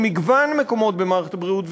ממגוון מקומות במערכת הבריאות,